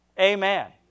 Amen